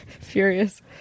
Furious